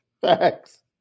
Facts